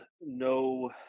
no